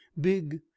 big